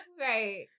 Right